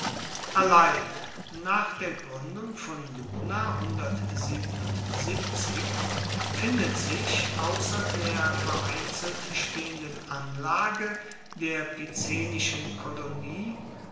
allein nach der gründung von luna findet sich außer der vereinzelt stehenden anlage der picenischen kolonie